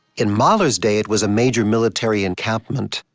in mahler's day, it was a major military encampment,